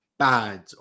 Bad